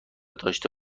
داشته